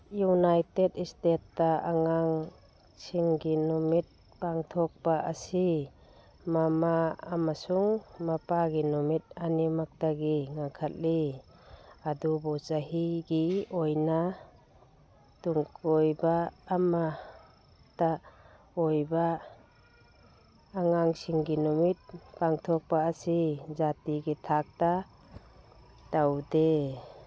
united ꯏꯁꯇꯦꯠꯇ ꯑꯉꯥꯡꯁꯤꯡꯒꯤ ꯅꯨꯃꯤꯠ ꯄꯥꯡꯊꯣꯛꯄ ꯑꯁꯤ ꯃꯃꯥ ꯑꯃꯁꯨꯡ ꯃꯄꯥꯒꯤ ꯅꯨꯃꯤꯠ ꯑꯅꯤꯃꯛꯇꯒꯤ ꯉꯟꯈꯠꯂꯤ ꯑꯗꯨꯕꯨ ꯆꯍꯤꯒꯤ ꯑꯣꯏꯅ ꯇꯨꯡꯀꯣꯏꯕ ꯑꯃꯇ ꯑꯣꯏꯕ ꯑꯉꯥꯡꯁꯤꯡꯒꯤ ꯅꯨꯃꯤꯠ ꯄꯥꯡꯊꯣꯛꯄ ꯑꯁꯤ ꯖꯥꯇꯤꯒꯤ ꯊꯥꯛꯇ ꯇꯧꯗꯦ